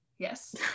Yes